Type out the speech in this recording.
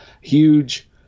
huge